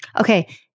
Okay